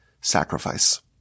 sacrifice